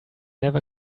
never